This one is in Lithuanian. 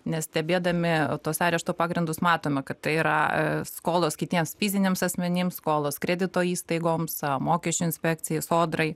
nes stebėdami tuos arešto pagrindus matome kad tai yra e skolos kitiems fiziniams asmenims skolos kredito įstaigoms mokesčių inspekcijai sodrai